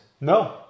No